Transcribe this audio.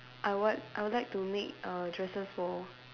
I what I would like to make err dresses for